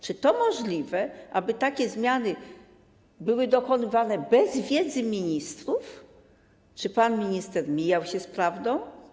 Czy to możliwe, aby takie zmiany były dokonywane bez wiedzy ministrów, czy pan minister mijał się z prawdą?